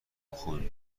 خوبیم